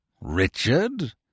Richard